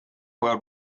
world